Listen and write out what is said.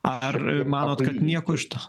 ar manot kad nieko iš to